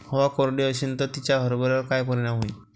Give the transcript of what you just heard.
हवा कोरडी अशीन त तिचा हरभऱ्यावर काय परिणाम होईन?